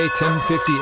1050